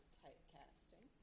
typecasting